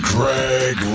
Greg